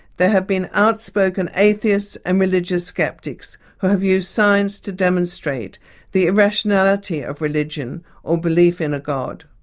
there have been outspoken atheists and religious sceptics who have used science to demonstrate the irrationality of religion or belief in a god.